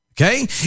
okay